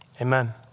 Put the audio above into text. Amen